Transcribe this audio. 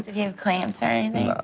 did he have clamps i mean